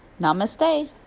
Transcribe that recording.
Namaste